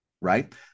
right